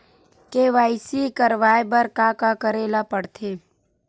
KYC करवाय बर का का करे ल पड़थे?